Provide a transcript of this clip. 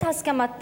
נתקבלה.